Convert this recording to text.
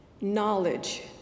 knowledge